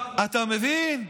אתה מבין?